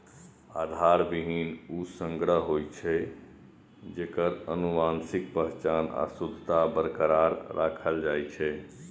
आधार बीहनि ऊ संग्रह होइ छै, जेकर आनुवंशिक पहचान आ शुद्धता बरकरार राखल जाइ छै